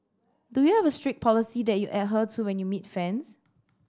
do you have a strict policy that you adhere to when you meet fans